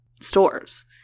stores